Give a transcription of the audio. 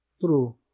True